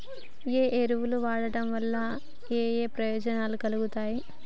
ఏ ఎరువులు వాడటం వల్ల ఏయే ప్రయోజనాలు కలుగుతయి?